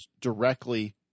directly